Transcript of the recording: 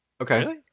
Okay